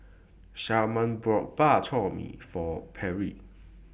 Shamar bought Bak Chor Mee For Pierre